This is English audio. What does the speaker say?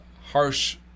harsh